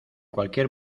cualquier